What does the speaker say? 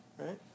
Right